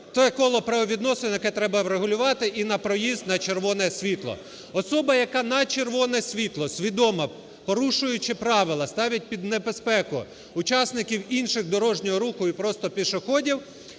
те коло правовідносин, яке треба врегулювати і на проїзд на червоне світло. Особа, яка на червоне світло, свідомо порушуючи правила, ставить під небезпеку учасників інших дорожнього руху і просто пішоходів,